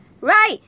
Right